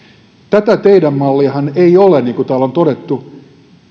tätä teidän malliahan ei ole niin kuin täällä on todettu